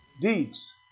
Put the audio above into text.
deeds